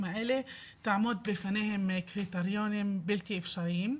האלה תעמוד בפניהם קריטריונים בלתי אפשריים.